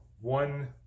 one